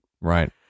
Right